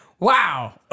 Wow